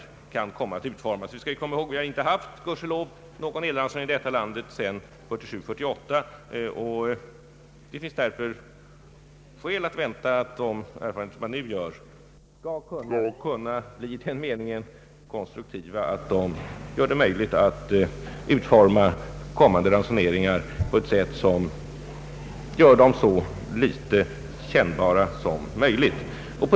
Vi har, gudskelov, inte haft någon elransonering i det här landet sedan 1947 —1948, och det finns därför skäl att vänta att de erfarenheter vi nu gör skall bli i den meningen konstruktiva att de gör det möjligt att utforma kommande ransoneringar på ett sådant sätt att de blir så litet kännbara som möjligt.